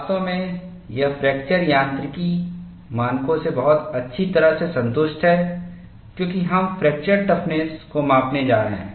वास्तव में यह फ्रैक्चर यांत्रिकी मानकों से बहुत अच्छी तरह से संतुष्ट है क्योंकि हम फ्रैक्चर टफ़्नस को मापने जा रहे हैं